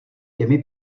těmi